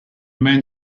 man